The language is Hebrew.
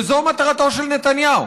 וזו מטרתו של נתניהו: